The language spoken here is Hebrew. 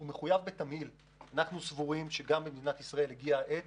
אנחנו סבורים שגם במדינת ישראל הגיעה העת